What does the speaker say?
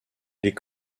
les